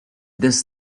this